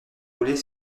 rouler